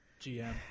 GM